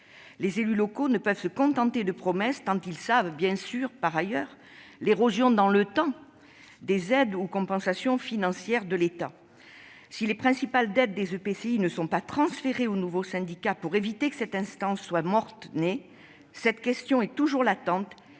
Les élus locaux ne peuvent se contenter de promesses tant ils savent par ailleurs l'érosion dans le temps des compensations financières de l'État. Les principales dettes des EPCI devront être transférées au nouveau syndicat pour éviter que cette instance soit mort-née. La question est toujours latente